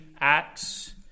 acts